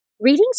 Readings